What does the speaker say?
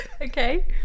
Okay